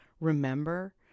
remember